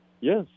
Yes